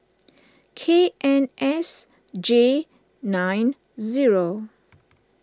K N S J nine zero